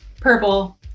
Purple